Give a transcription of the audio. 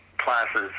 classes